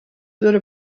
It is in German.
würde